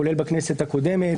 כולל בכנסת הקודמת,